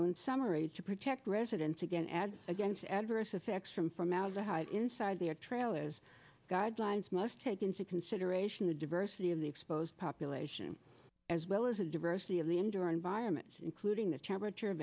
and summaries to protect residents again ad against adverse effects from formaldehyde inside their trailers guidelines most take into consideration the diversity of the exposed population as well as the diversity of the indoor environments including the temperature